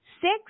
Six